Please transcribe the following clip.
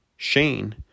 Shane